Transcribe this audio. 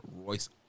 Royce